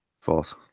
False